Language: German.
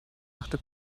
machte